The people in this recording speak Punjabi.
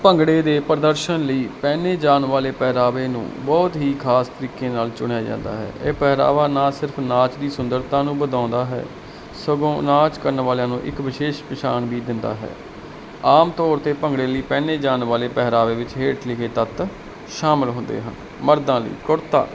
ਭੰਗੜੇ ਦੇ ਪ੍ਰਦਰਸ਼ਨ ਲਈ ਪਹਿਨੇ ਜਾਣ ਵਾਲੇ ਪਹਿਰਾਵੇ ਨੂੰ ਬਹੁਤ ਹੀ ਖਾਸ ਤਰੀਕੇ ਨਾਲ ਚੁਣਿਆ ਜਾਂਦਾ ਹੈ ਇਹ ਪਹਿਰਾਵਾ ਨਾ ਸਿਰਫ ਨਾਚ ਦੀ ਸੁੰਦਰਤਾ ਨੂੰ ਵਧਾਉਂਦਾ ਹੈ ਸਗੋਂ ਨਾਚ ਕਰਨ ਵਾਲਿਆਂ ਨੂੰ ਇੱਕ ਵਿਸ਼ੇਸ਼ ਪਹਿਛਾਣ ਦੀ ਦਿੰਦਾ ਹੈ ਆਮ ਤੌਰ ਤੇ ਭੰਗੜੇ ਲਈ ਪਹਿਨੇ ਜਾਣ ਵਾਲੇ ਪਹਿਰਾਵੇ ਵਿੱਚ ਹੇਠ ਲਿਖੇ ਤੱਤ ਸ਼ਾਮਿਲ ਹੁੰਦੇ ਮਰਦਾਂ ਕੁੜਤਾ